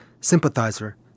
sympathizer